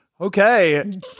Okay